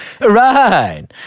Right